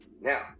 Now